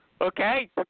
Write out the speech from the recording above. Okay